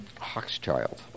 Hochschild